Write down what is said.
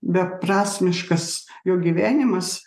beprasmiškas jo gyvenimas